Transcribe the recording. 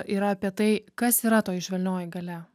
yra apie tai kas yra toji švelnioji galia